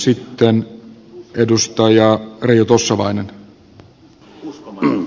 sitten edustaja reijo tossavainen